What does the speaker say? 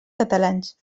catalans